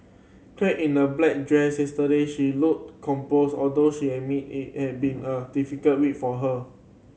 clad in a black dress yesterday she looked composed although she admitted it had been a difficult week for her